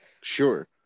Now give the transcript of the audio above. Sure